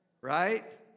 Right